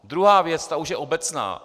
Druhá věc, ta už je obecná.